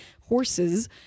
horses